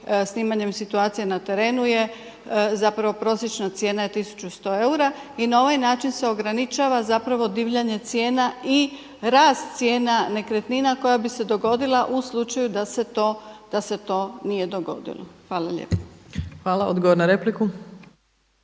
snimanjem situacije na terenu je prosječna cijena je 1100 eura i na ovaj način se ograničava zapravo divljanje cijena i rast cijena nekretnina koja bi se dogodila u slučaju da se to nije dogodilo. Hvala lijepo. **Opačić, Milanka